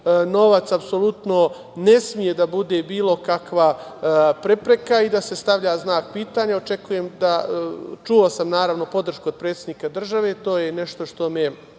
novac apsolutno ne sme da bude bilo kakva prepreka i da se stavlja znak pitanja. Čuo sam podršku od predsednika države. To je nešto što me